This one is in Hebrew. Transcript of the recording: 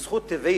היא זכות טבעית,